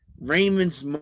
Raymond's